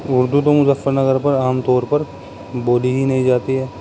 اردو تو مظفر نگر پر عام طور پر بولی ہی نہیں جاتی ہے